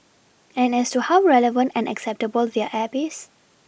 and as to how relevant and acceptable their app is